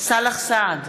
סאלח סעד,